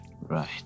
Right